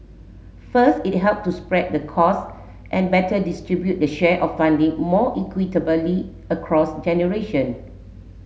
first it helps to spread the cost and better distribute the share of funding more equitably across generation